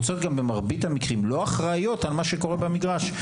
שבמרבית המקרים הן לא אחראיות על מה שקורה במגרש.